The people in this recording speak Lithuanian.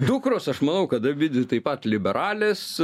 dukros aš manau kad abidvi taip pat liberalės